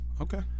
Okay